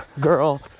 girl